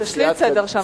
תשליט סדר שם,